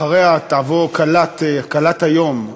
אחריה תבוא כלת היום,